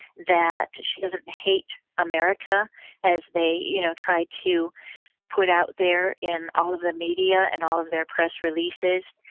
that she doesn't hate america as they you know try to put out there in all of the media and all of their press releases,